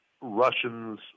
Russians